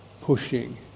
pushing